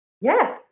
Yes